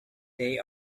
they